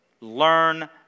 Learn